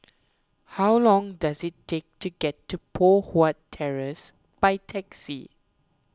how long does it take to get to Poh Huat Terrace by taxi